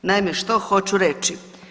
Naime, što hoću reći?